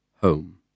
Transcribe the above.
home